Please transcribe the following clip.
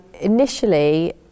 initially